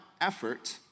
effort